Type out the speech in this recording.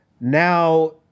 now